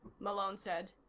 malone said.